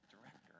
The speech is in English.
director